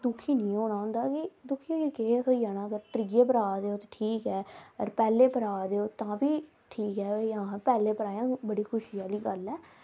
side पर बी इक पोर्शन आए दा होंदा उत्थै बी लोक पढी लेंदे न्याने जेहड़े पढ़े लिक्खे दे होंदे ना उत्थुआं बी पढ़ी लेंदे ना बाकी जेहड़े कोई नेईं बुड्ढा जेहड़ा कोई होऐ ओह् नेई पढ़ी सकदा ते ओह् उत्थुआं